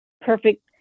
perfect